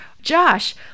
Josh